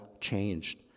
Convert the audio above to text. changed